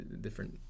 different